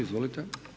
Izvolite.